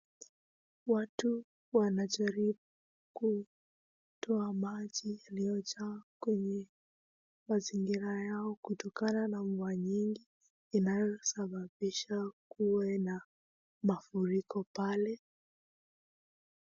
Watu wanajaribu kutoa maji yaliyojaa kwenye mazingira yao kutokana na mvua nyingi inayosababisha kuwe na mafuriko pale.